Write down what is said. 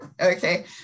Okay